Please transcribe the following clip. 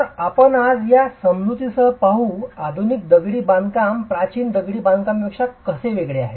तर आपण आज या समजुतीसह पाहू आधुनिक दगडी बांधकाम प्राचीन दगडी बांधकामांपेक्षा कसे वेगळे आहे